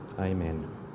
Amen